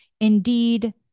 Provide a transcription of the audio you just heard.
Indeed